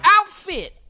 outfit